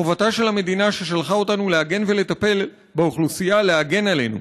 חובתה של המדינה ששלחה אותנו להגן ולטפל באוכלוסייה להגן עלינו.